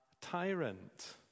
tyrant